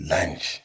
Lunch